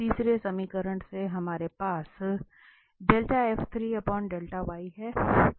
तो तीसरे समीकरण से हमारे पास है